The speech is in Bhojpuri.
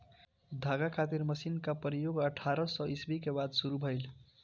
धागा खातिर मशीन क प्रयोग अठारह सौ ईस्वी के बाद शुरू भइल